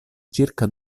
circa